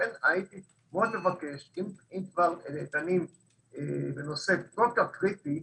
אם כבר דנים בנושא כל כך קריטי,